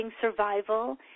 survival